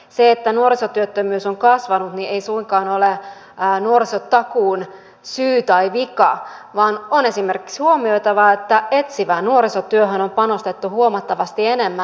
se että nuorisotyöttömyys on kasvanut ei suinkaan ole nuorisotakuun syy tai vika vaan on esimerkiksi huomioitava että etsivään nuorisotyöhön on panostettu huomattavasti enemmän